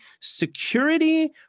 security